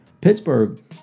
Pittsburgh